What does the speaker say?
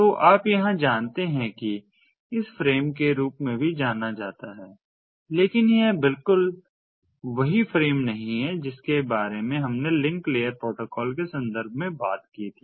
तो आप यहां जानते हैं कि इसे फ्रेम के रूप में भी जाना जाता है लेकिन यह बिल्कुल वही फ्रेम नहीं है जिसके बारे में हमने लिंक लेयर प्रोटोकॉल के संदर्भ में बात की थी